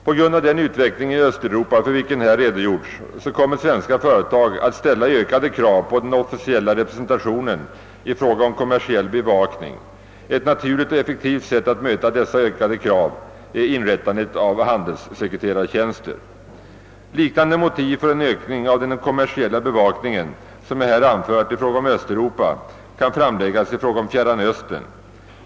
På grund av den utveckling i öÖsteuropa för vilken här redogjorts kommer svenska företag att ställa ökade krav på den officiella representationen i fråga om kommersiell bevakning. Ett naturligt och effektivt sätt att möta dessa ökade krav är inrättandet av handelssekreterartjänster. Liknande motiv för en ökning av den kommersiella bevakningen kan framläggas i fråga om Fjärran Östern.